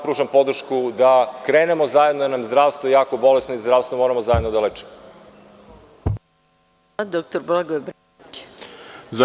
Pružam vam podršku da krenemo zajedno jer nam je zdravstvo jako bolesno i zdravstvo moramo zajedno da lečimo.